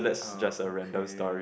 uh okay